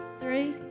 Three